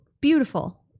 Beautiful